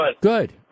Good